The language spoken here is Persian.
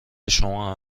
شما